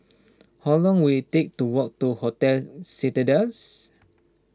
how long will it take to walk to Hotel Citadines